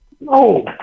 No